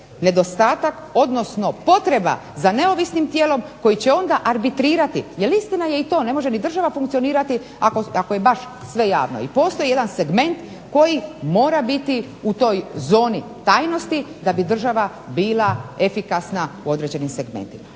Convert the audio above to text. nedostatak odnosno potreba za neovisnim tijelom koje će onda arbitrirati, jer istina je i to, ne može ni država funkcionirati ako je baš sve javno. I postoji jedan segment koji mora biti u toj zoni tajnosti da bi država bila efikasna u određenim segmentima.